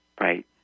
Right